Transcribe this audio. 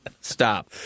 Stop